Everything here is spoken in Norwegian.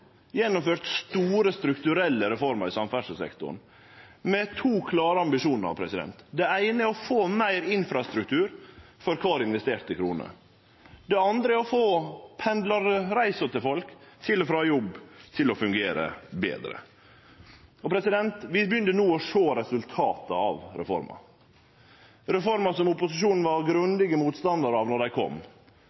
gjennomført store, strukturelle reformer i samferdselssektoren, med to klare ambisjonar: Den eine er å få meir infrastruktur for kvar investerte krone. Den andre er å få pendlarreisa til folk til og frå jobb til å fungere betre. Vi begynner no å sjå resultata av reformene, reformer som opposisjonen var grundig motstandarar av då dei kom: